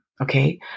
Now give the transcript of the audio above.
okay